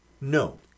No